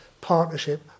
partnership